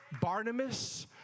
Barnabas